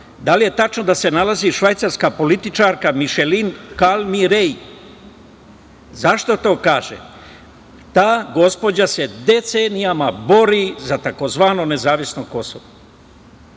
da li je tačno da se nalazi švajcarska političarka Mišelin Kalmi-Rej? Zašto to kažem? Ta gospođa se decenijama bori za tzv. nezavisno Kosovo.